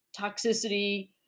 toxicity